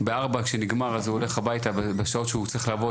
בארבע שנגמר הוא הולך הבייתה, בשעות שהוא מסיים,